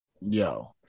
Yo